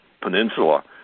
peninsula